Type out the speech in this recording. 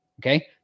Okay